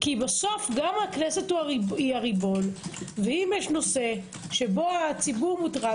כי בסוף גם הכנסת היא הריבון ואם יש נושא שבו הציבור מוטרד,